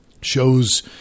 shows